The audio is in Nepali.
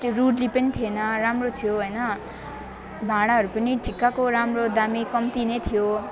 त्यो रुडली पनि थिएन राम्रो थियो हैन भाडाहरू पनि ठिक्कको राम्रो दामी कम्ती नै थियो